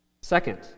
Second